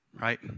right